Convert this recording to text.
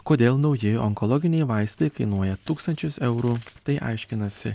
kodėl nauji onkologiniai vaistai kainuoja tūkstančius eurų tai aiškinasi